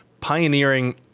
pioneering